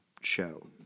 show